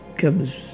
comes